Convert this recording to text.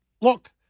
look